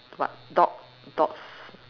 what dog dogs